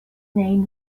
name